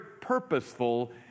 purposeful